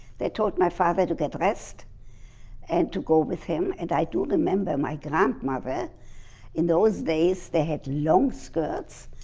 they told my father to get dressed and to go with him and i do remember my grandmother in those days they had long skirts.